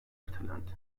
ertelendi